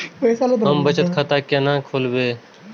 हम बचत खाता केना खोलैब?